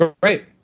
Great